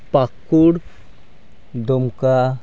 ᱯᱟᱸᱠᱩᱲ ᱫᱩᱢᱠᱟ